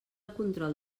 control